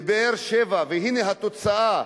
והנה התוצאה,